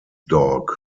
dog